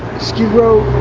skid row